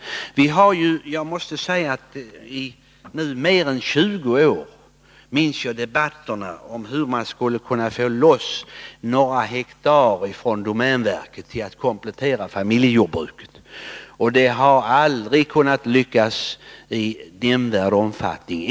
Jag minns debatterna från mer än 20 år när det gäller hur man skulle kunna få loss några hektar från domänverket för att komplettera familjejordbruket. Detta har aldrig lyckats i nämnvärd omfattning.